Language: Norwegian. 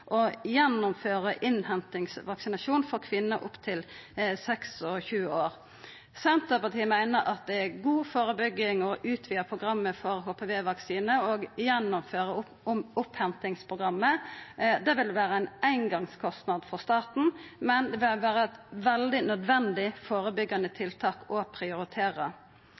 innhentingsvaksinasjon for kvinner opp til 26 år. Senterpartiet meiner at det er god førebygging å utvida programmet for HPV-vaksine og gjennomføra innhentingsprogrammet. Det vil vera ein eingongskostnad for staten, men det vil vera eit veldig nødvendig førebyggjande tiltak å prioritera.